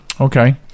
Okay